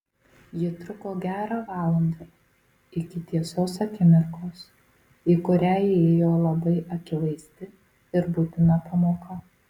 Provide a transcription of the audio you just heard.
ji truko gerą valandą iki tiesos akimirkos į kurią įėjo labai akivaizdi ir būtina pamoka